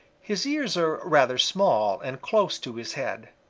his ears are rather small and close to his head.